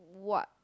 what